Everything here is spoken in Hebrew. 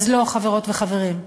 אז לא, חברות וחברים,